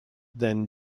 then